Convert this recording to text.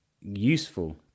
useful